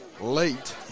late